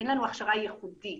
אין לנו הכשרה ייחודית.